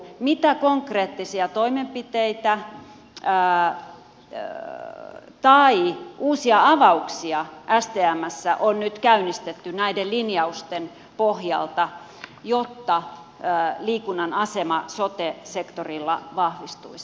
mitä konkreettisia toimenpiteitä tai uusia avauksia stmssä on nyt käynnistetty näiden linjausten pohjalta jotta liikunnan asema sote sektorilla vahvistuisi